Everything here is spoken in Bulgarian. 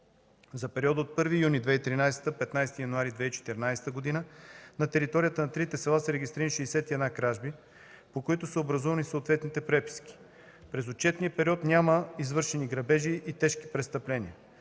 За периода 1 юни 2013 – 15 януари 2014 г. на територията на трите села са регистрирани 61 кражби, по които са образувани съответните преписки. През отчетния период няма извършени грабежи и тежки престъпления.